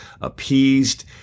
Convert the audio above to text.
appeased